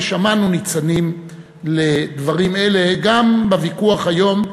ושמענו ניצנים של דברים אלה גם בוויכוח היום,